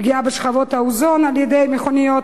פגיעה בשכבת האוזון על-ידי מכוניות,